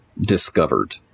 discovered